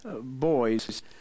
boys